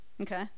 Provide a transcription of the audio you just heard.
Okay